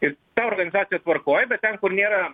ir ta organizacija tvarkoj bet ten kur nėra